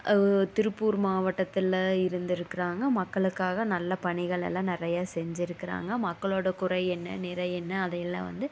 திருப்பூர் மாவட்டத்தில் இருந்துருக்கிறாங்க மக்களுக்காக நல்ல பணிகளெல்லாம் நிறைய செஞ்சிருக்கிறாங்க மக்களோட குறை என்ன நிறை என்ன அதை எல்லாம் வந்து